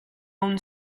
own